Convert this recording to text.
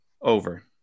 over